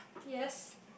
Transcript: yes